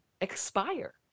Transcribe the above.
expire